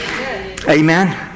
Amen